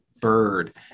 bird